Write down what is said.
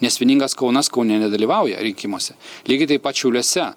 nes vieningas kaunas kaune nedalyvauja rinkimuose lygiai taip pat šiauliuose